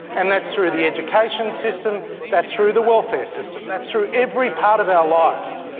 and that's through the education system, that's through the welfare system. that's through every part of our lives.